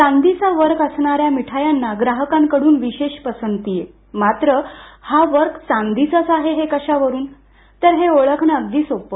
चांदीचा वर्ख असणाऱ्या मीठायांना ग्राहकांकडून विशेष पसंती असते मात्र हा वर्ख चांदीचाच आहे हे कशावरून तर हे ओळखणं अगदी सोपं